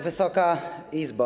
Wysoka Izbo!